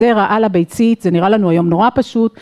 זרע על הביצית זה נראה לנו היום נורא פשוט